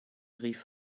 rief